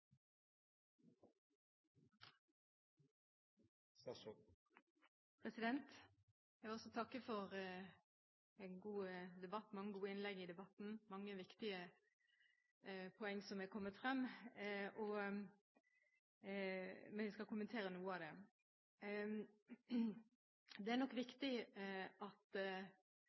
Jeg vil også takke for en god debatt med mange gode innlegg. Det er mange viktig poeng som er kommet frem, og jeg skal kommentere noen av dem. Det er nok viktig at